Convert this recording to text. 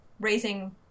raising